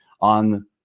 on